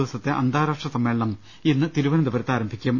ദിവസത്തെ അന്താരാഷ്ട്ര സമ്മേളനം ഇന്ന് തിരുവനന്തപുരത്ത് ആരംഭിക്കും